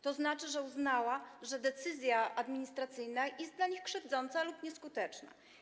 To znaczy, że osoby te uznały, że decyzja administracyjna jest dla nich krzywdząca lub nieskuteczna.